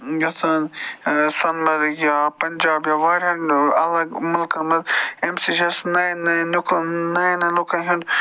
گژھان سۄنہٕ مرگ یا پنجاب یا واریاہَن علا مُلکَن منٛز اَمہِ سۭتۍ چھِ اَسہِ نَیَن نَیَن لُکَن نَیَن نَیَن لُکَن ہُنٛد